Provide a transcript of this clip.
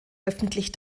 öffentlich